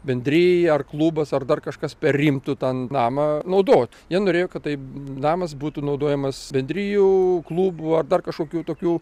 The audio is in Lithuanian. bendrija ar klubas ar dar kažkas perimtų tą namą naudot jie norėjo kad tai namas būtų naudojamas bendrijų klubų ar dar kažkokių tokių